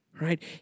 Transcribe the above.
Right